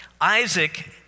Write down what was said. Isaac